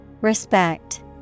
Respect